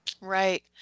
Right